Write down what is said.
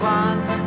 one